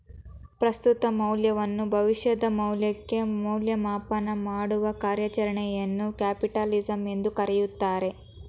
ಪ್ರಸ್ತುತ ಮೌಲ್ಯವನ್ನು ಭವಿಷ್ಯದ ಮೌಲ್ಯಕ್ಕೆ ಮೌಲ್ಯಮಾಪನ ಮಾಡುವ ಕಾರ್ಯಚರಣೆಯನ್ನು ಕ್ಯಾಪಿಟಲಿಸಂ ಎಂದು ಕರೆಯುತ್ತಾರೆ